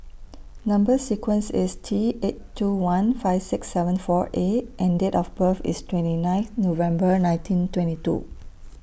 Number sequence IS T eight two one five six seven four A and Date of birth IS twenty ninth November nineteen twenty two